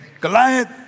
Goliath